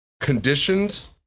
Conditions